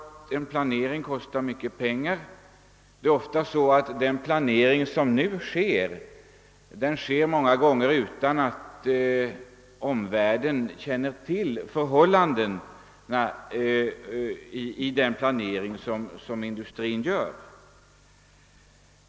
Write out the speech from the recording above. En planering kostar ofta mycket pengar, och den sker många gånger utan att omvärlden känner till förhållandena i den planering som industrin gör.